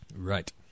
Right